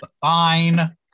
Fine